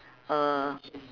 uh